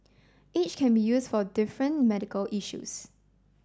each can be used for different medical issues